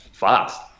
Fast